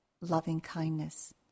loving-kindness